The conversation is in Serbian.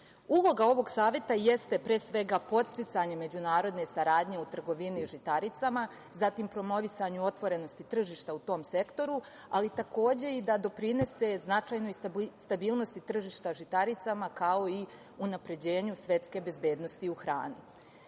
svetu. Uloga ovog Saveta jeste podsticanje međunarodne saradnje u trgovini žitaricama, zatim promovisanju otvorenosti tržišta u tom sektoru, ali takođe i da doprinese značajnoj stabilnosti tržišta žitaricama, kao i unapređenju svetske bezbednosti u hrani. Svi